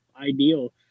ideal